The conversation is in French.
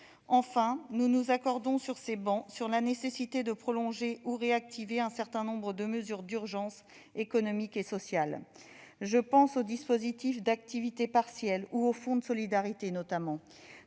Enfin, nous nous accordons sur ces travées sur la nécessité de prolonger ou de réactiver un certain nombre de mesures d'urgence économique et sociale. Je pense, notamment, au dispositif d'activité partielle ou au fonds de solidarité. Notre